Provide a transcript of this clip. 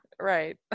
right